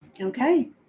Okay